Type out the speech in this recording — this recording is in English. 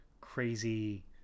crazy